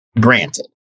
Granted